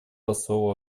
посол